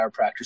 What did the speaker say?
chiropractors